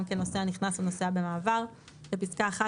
כנוסע נכנס או נוסע במעבר"; (ב)בפסקה (1),